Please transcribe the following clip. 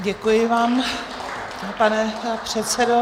Děkuji vám, pane předsedo.